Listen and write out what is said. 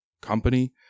company